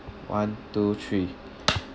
one two three